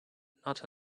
not